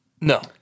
No